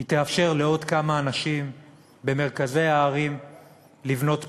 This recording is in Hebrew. היא תאפשר לעוד כמה אנשים במרכזי הערים לבנות פרגולות,